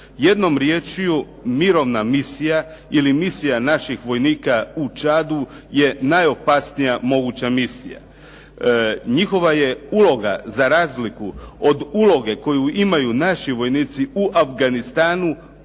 Jednom riječju, mirovna misija ili misija naših vojnika u Čadu je najopasnija moguća misija. Njihova je uloga, za razliku od uloge koju imaju naši vojnici u Afganistanu,